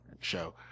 show